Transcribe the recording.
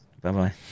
Bye-bye